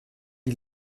die